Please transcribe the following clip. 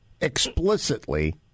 explicitly